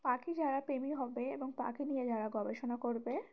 পাখি যারা প্রেমী হবে এবং পাখি নিয়ে যারা গবেষণা করবে